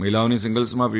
મહિલાઓની સિંગલ્સમાં પી